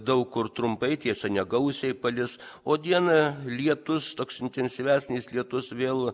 daug kur trumpai tiesa negausiai palis o dieną lietus toks intensyvesnis lietus vėl